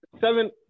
seven